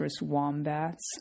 wombats